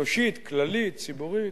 אנושית כללית, אנושית, ציבורית.